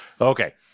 Okay